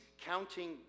counting